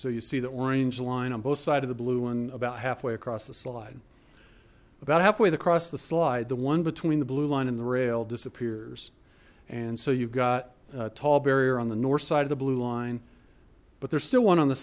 so you see the orange line on both side of the blue and about halfway across the slide about halfway across the slide the one between the blue line and the rail disappears and so you've got a tall barrier on the north side of the blue line but there's still one on the